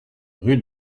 rue